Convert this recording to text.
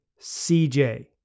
CJ